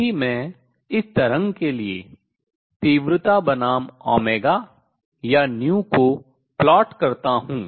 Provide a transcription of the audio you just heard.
यदि मैं इस तरंग के लिए तीव्रता बनाम ओमेगा या को आरेखित करता हूँ